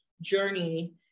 journey